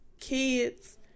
kids